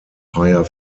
higher